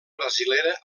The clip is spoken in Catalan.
brasilera